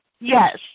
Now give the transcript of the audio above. Yes